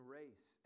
race